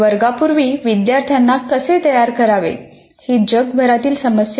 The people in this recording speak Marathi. वर्गापूर्वी विद्यार्थ्यांना कसे तयार करावे ही जगभरातील समस्या आहे